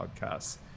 podcasts